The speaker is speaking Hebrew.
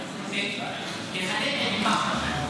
תסביר לנו.